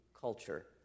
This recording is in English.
culture